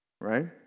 Right